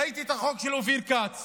ראיתי את החוק של אופיר כץ